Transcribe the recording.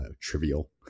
trivial